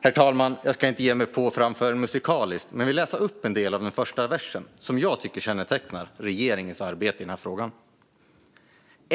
Herr talman! Jag ska inte ge mig på att framföra det musikaliskt. Men jag vill läsa upp en del av den första versen, som jag tycker kännetecknar regeringens arbete i den här frågan.